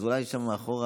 אז אולי שם מאחור.